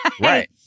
Right